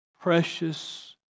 precious